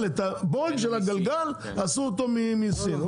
השתמש בבורג של הגלגל שיוצר בסין.